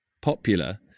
popular